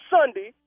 Sunday